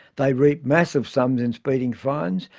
they reap massive sums in speeding fines,